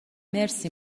مرسی